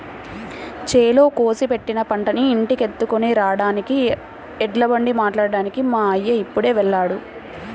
చేలో కోసి పెట్టిన పంటని ఇంటికెత్తుకొని రాడానికి ఎడ్లబండి మాట్లాడ్డానికి మా అయ్య ఇప్పుడే వెళ్ళాడు